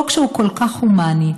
חוק שהוא כל כך הומני.